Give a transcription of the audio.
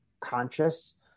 conscious